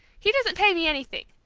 he doesn't pay me anything.